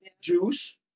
Juice